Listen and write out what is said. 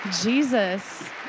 jesus